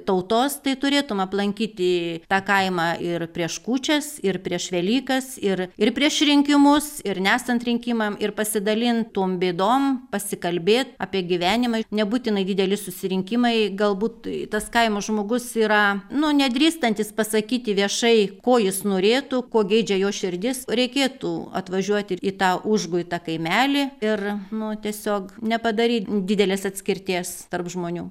tautos tai turėtum aplankyti tą kaimą ir prieš kūčias ir prieš velykas ir ir prieš rinkimus ir nesant rinkimam ir pasidalint tom bėdom pasikalbėt apie gyvenimą nebūtina dideli susirinkimai galbūt tas kaimo žmogus yra nu nedrįstantis pasakyti viešai ko jis norėtų ko geidžia jo širdis reikėtų atvažiuot ir į tą užguitą kaimelį ir nu tiesiog nepadaryt didelės atskirties tarp žmonių